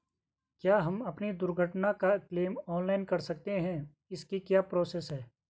क्या हम अपनी दुर्घटना का क्लेम ऑनलाइन कर सकते हैं इसकी क्या प्रोसेस है?